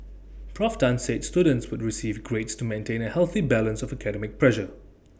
Prof Tan said students would still receive grades to maintain A healthy balance of academic pressure